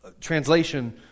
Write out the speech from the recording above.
Translation